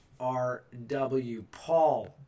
rwpaul